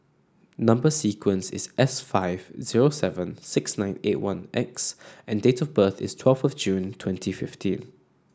number sequence is S five zero seven six nine eight one X and date of birth is twelve June twenty fifteen